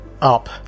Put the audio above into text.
up